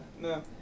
No